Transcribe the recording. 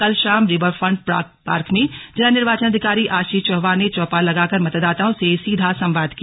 कल शाम river front park में जिला निर्वाचन अधिकारी आशीष चौहान ने चौपाल लगाकर मतदाताओं से सीधा संवाद किया